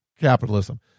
capitalism